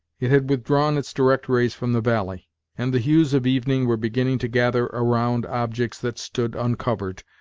it had withdrawn its direct rays from the valley and the hues of evening were beginning to gather around objects that stood uncovered,